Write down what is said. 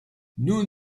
nous